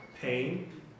pain